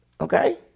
Okay